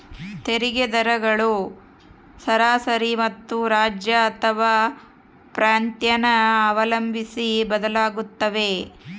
ತೆರಿಗೆ ದರಗಳು ಸರಾಸರಿ ಮತ್ತು ರಾಜ್ಯ ಅಥವಾ ಪ್ರಾಂತ್ಯನ ಅವಲಂಬಿಸಿ ಬದಲಾಗುತ್ತವೆ